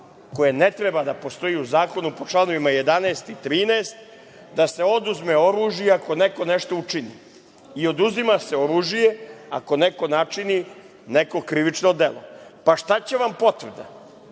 koje ne treba da postoji u zakonu po čl. 11. i 13. da se oduzme oružje ako neko nešto učini i oduzima se oružje ako ne po načini krivično delo. Šta će vam potvrda?